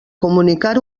comunicar